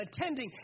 attending